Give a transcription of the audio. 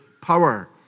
power